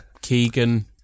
Keegan